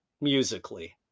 musically